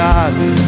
God's